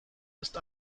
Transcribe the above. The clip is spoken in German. ist